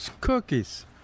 Cookies